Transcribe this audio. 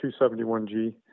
271G